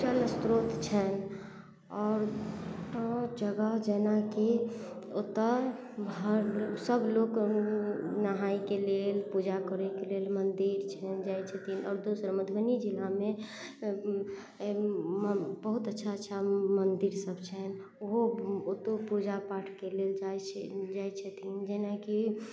जल स्रोत छै आओर जगह जेनाकि ओतऽ हर सब लोक नहायके लेल पूजा करयके लेल मंदिर छै जाय छथिन आओर दोसर मधुबनी जिलामे बहुत अच्छा अच्छा मंदिर सब छै ओहो ओतौ पूजा पाठके लेल जाइ छै जाय छथिन जेनाकि